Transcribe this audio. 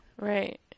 Right